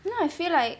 now I feel like